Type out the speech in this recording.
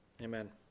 Amen